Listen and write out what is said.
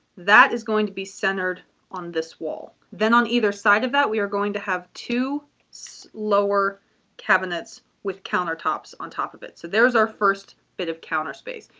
that is going to be centered on this wall. then on either side of that, we are going to have two lower cabinets with countertops on top of it. so there's our first bit of counter space.